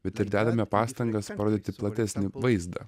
bet ir dedame pastangas parodyti platesnį vaizdą